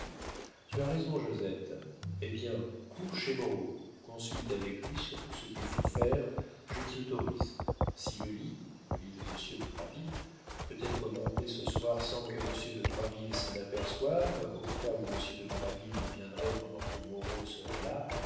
tu as raison josette eh bien cours chez moreau consulte avec lui sur tout ce qu'il faut faire je t'y autorise si le lit le lit de monsieur de troisville peut être monté ce soir sans que monsieur de troisville s'en aperçoive au cas où monsieur de troisville nous viendrait pendant que moreau serait là